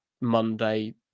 Monday